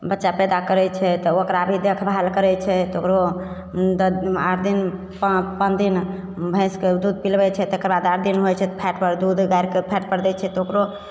बच्चा पैदा करै छै तऽ ओकरा भी देखभाल करै छै तऽ ओकरो दस आठ दिन पाँच दिन भैँसके दूध पिलबै छै तकरबाद आठ दिन होइ छै तऽ फैटपर दूध गाड़िके फैटपर दै छै तऽ ओकरो